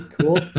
cool